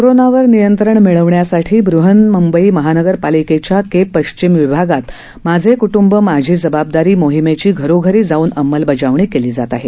कोरोनावर नियंत्रण मिळवण्यासाठी बृहन्म्ंबई महानगर पालिकेच्या के पश्चिम विभागात माझे क्टुंबं माझी जबाबदारी मोहिमेची घरोघरी जाऊन अंमलबजावणी केली जात आहे